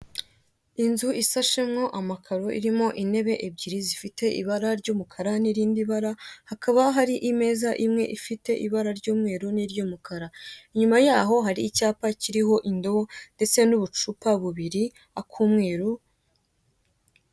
Inzu isashemwo amakaro irimo intebe ebyiri zifite ibara ry'umukara n'irindi bara, hakaba hari imeza imwe ifite ibara ry'umweru n'iry'umukara. Inyuma yaho ari icyapa kiriho indobo ndetse n'ubucupa bubiri ak'umweru.